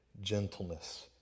gentleness